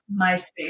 MySpace